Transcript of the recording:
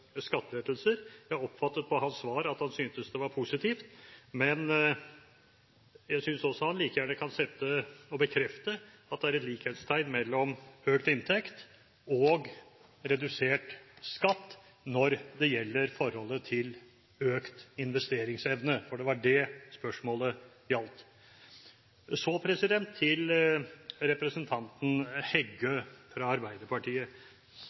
Jeg oppfattet av hans svar at han syntes det var positivt, men jeg synes også han like gjerne kan bekrefte at det er et likhetstegn mellom økt inntekt og redusert skatt når det gjelder forholdet til økt investeringsevne, for det var det spørsmålet gjaldt. Så til representanten Heggø fra Arbeiderpartiet,